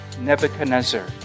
Nebuchadnezzar